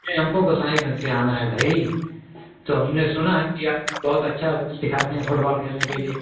नहीं हमको गोसाईगंज से आना है भई तो हमने सुना है कि आप बहुत अच्छा सिखाते हैं फ़ुटबॉल खेलने के लिए